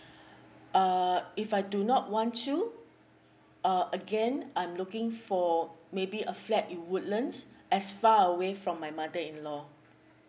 uh if I do not want to uh again I'm looking for maybe a flat in woodlands as far away from my mother in law